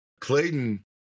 Clayton